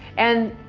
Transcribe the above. and